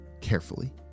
carefully